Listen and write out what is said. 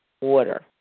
order